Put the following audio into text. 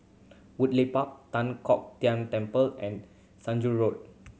Woodleigh Park Tan Kong Tian Temple and Saujana Road